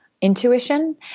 Intuition